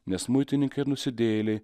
nes muitininkai ir nusidėjėliai